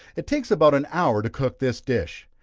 it takes about an hour to cook this dish.